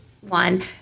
one